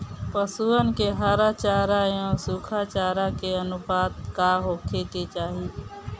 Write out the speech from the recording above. पशुअन के हरा चरा एंव सुखा चारा के अनुपात का होखे के चाही?